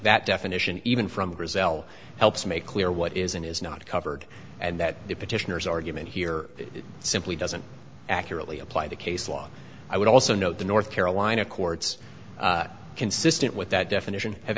that definition even from brazil helps make clear what is and is not covered and that the petitioner's argument here simply doesn't accurately apply the case law i would also note the north carolina courts consistent with that definition have